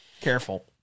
Careful